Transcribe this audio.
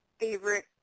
favorite